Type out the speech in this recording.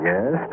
Yes